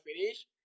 finish